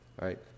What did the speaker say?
right